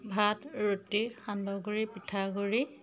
ভাত ৰুটি সান্দহ গুড়ি পিঠা গুড়ি